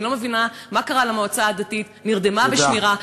אני לא מבינה מה קרה למועצה הדתית, נרדמה בשמירה.